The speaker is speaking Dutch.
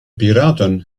piraten